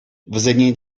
вӗсене